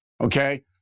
okay